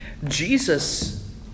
Jesus